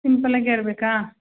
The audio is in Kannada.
ಸಿಂಪಲಾಗೆ ಇರ್ಬೇಕಾ